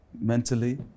mentally